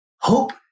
hope